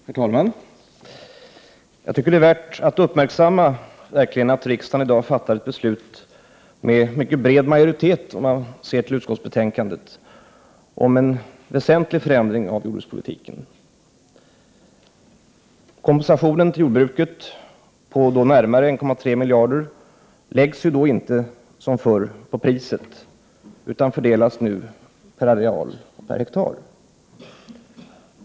Herr talman! Jag tycker att det är värt att uppmärksamma att riksdagen i dag fattar ett beslut med mycket bred majoritet, om man ser till utskottsbetänkandet, om en väsentlig förändring av jordbrukspolitiken. Kompensationen till jordbruket på närmare 1,3 miljarder läggs inte som förr på priset utan fördelas nu per areal, per hektar.